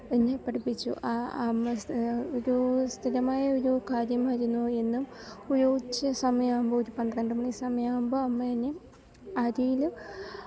എന്നെ പഠിപ്പിച്ചു അമ്മ ഒരൂ സ്ഥിരമായ ഒരു കാര്യം വരുന്നു എന്ന് ഒരു ഉച്ച സമയാകുമ്പോൾ ഒരു പന്ത്രണ്ട് മണി സമയമാകുമ്പോൾ അമ്മ എന്നെ അരിയിൽ